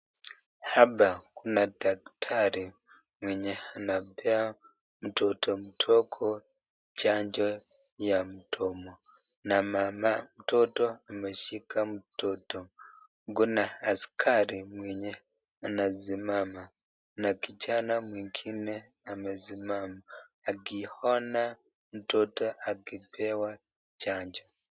Hapa Kuna daktari mwenye anampa mtoto mdogo chanjo ya mdomo na mama mtoto ameshika mtoto. Kuna askari mwenye anasimama na kijani mwingine amesimama akiona mtoto akipewa chanjo.